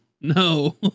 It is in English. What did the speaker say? no